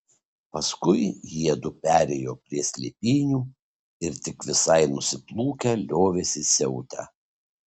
paskui jiedu perėjo prie slėpynių ir tik visai nusiplūkę liovėsi siautę